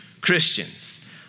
Christians